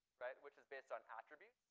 which is based on attributes,